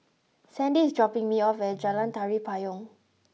Sandie is dropping me off at Jalan Tari Payong